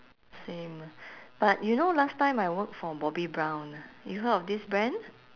same but you know last time I work for bobbi brown ah you heard of this brand